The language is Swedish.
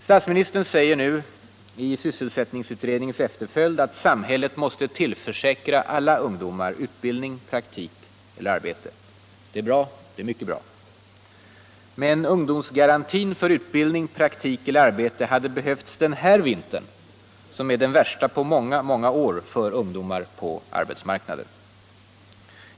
Statsministern säger nu i sysselsättningens efterföljd: ”Samhället måste tillförsäkra alla ungdomar utbildning, praktik eller arbete.” Det är bra, det är mycket bra. Men ungdomsgarantin för utbildning, praktik eller arbete hade behövts denna vinter som är den värsta på många, många år för ungdomar på arbetsmarknaden.